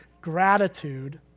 gratitude